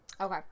Okay